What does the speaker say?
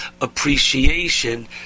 appreciation